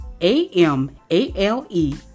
A-M-A-L-E